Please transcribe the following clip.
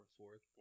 fourth